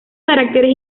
caracteres